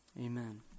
Amen